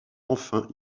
enfin